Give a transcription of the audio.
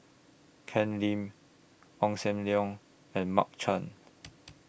Ken Lim Ong SAM Leong and Mark Chan